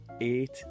eight